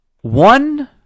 One